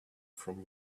from